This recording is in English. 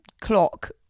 clock